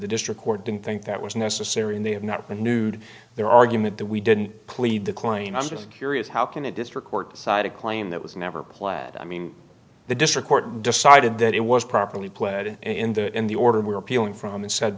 the district court didn't think that was necessary and they have not renewed their argument that we didn't plead the claim i'm just curious how can a district court decide a claim that was never plaid i mean the district court decided that it was properly pled in the in the order we are appealing from and said